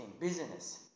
business